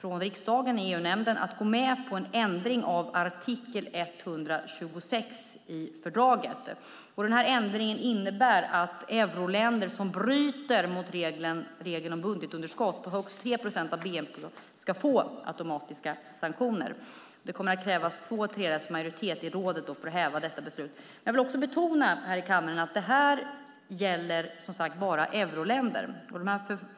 från riksdagen i EU-nämnden att gå med på en ändring av artikel 126 i fördraget. Ändringen innebär att euroländer som bryter mot regeln om ett budgetunderskott på högst 3 procent av bnp ska få automatiska sanktioner. Det kommer att krävas två tredjedels majoritet i rådet för att häva beslutet. Jag vill betona att detta bara gäller euroländerna.